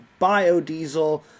biodiesel